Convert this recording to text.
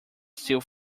still